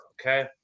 Okay